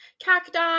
cacti